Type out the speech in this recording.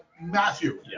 Matthew